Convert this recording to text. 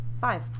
five